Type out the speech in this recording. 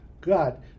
God